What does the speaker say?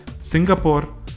Singapore